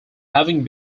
having